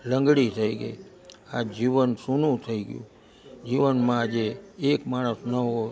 લંગડી થઈ ગઈ આ જીવન સૂનું થઈ ગયું જીવનમાં આજે એક માણસ ન હોય